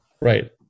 right